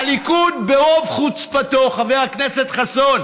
הליכוד, ברוב חוצפתו, חבר הכנסת חסון,